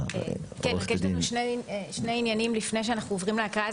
יש לנו שני עניינים לפני שאנחנו עוברים להקראה,